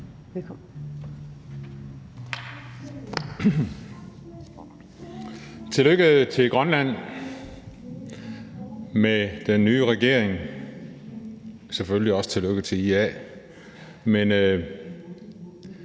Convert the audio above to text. Tillykke til Grønland med den nye regering, og selvfølgelig også tillykke til IA. Da